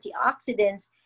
antioxidants